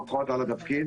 ברכות על התפקיד.